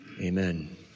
Amen